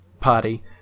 party